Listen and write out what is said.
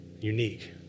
unique